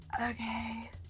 Okay